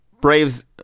Braves